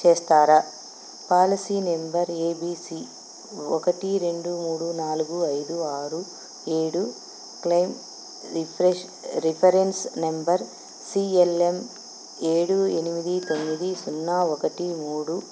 చేస్తారా policy number ABC ఒకటి రెండు మూడు నాలుగు ఐదు ఆరు ఏడు claim refresh reference number CLM ఏడు ఎనిమిది తొమ్మిది సున్నా ఒకటి మూడు